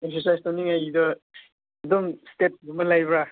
exercise ꯇꯧꯅꯤꯡꯉꯥꯏꯒꯤꯗ ꯑꯗꯨꯝ ꯁ꯭ꯇꯦꯞꯀꯨꯝꯕ ꯂꯩꯕ꯭ꯔꯥ